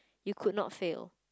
you could not fail